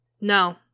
No